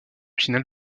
finale